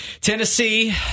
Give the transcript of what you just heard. Tennessee